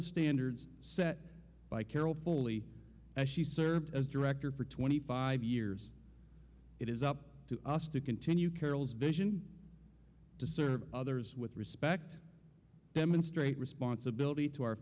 the standards set by carroll fully as she served as director for twenty five years it is up to us to continue carol's vision to serve others with respect demonstrate responsibility to our